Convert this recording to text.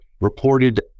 reported